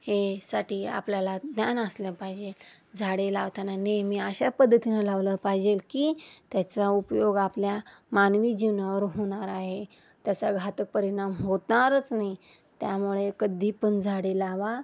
हे साठी आपल्याला ज्ञान असलं पाहिजे झाडे लावताना नेहमी अशा पद्धतीनं लावलं पाहिजेल की त्याचा उपयोग आपल्या मानवी जीवनावर होणार आहे त्याचा घातक परिणाम होणारच नाही त्यामुळे कधी पण झाडे लावा